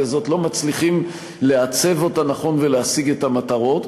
הזאת לא מצליחים לעצב אותה נכון ולהשיג את המטרות.